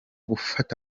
gufata